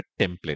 template